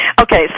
Okay